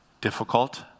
difficult